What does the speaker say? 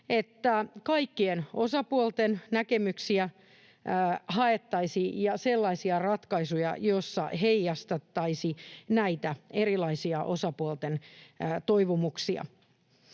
kaikkien osapuolten näkemyksiä ja sellaisia ratkaisuja, joissa heijastettaisiin näitä osapuolten erilaisia